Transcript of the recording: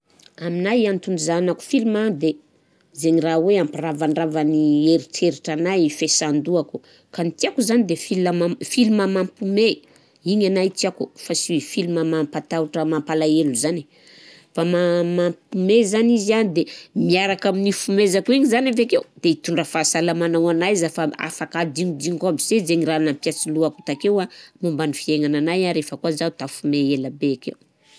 Aminay a, antony izahako film de zaigny raha hoe ampiravandravagna ny eritreritranahy, fiasan-dohako, ka ny tiako zany filama film mampiome igny anahy tiako fa sy hoe film mampatahotra, mampalahelo zany fa ma- mampiome zany izy a de miaraka amin'igny fihomezako igny zany avekeo de hitondra fahasalamana ho anahy za- fa afaka adignodignoko aby se zaigny raha nampiasa lohako takeo an momba ny fiainagnanahy refa koà zaho an tafimoehy ela be akeo.